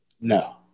No